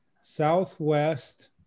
southwest